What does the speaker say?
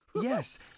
Yes